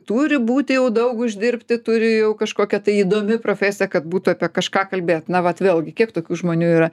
turi būti jau daug uždirbti turi jau kažkokia tai įdomi profesija kad būtų apie kažką kalbėt na vat vėlgi kiek tokių žmonių yra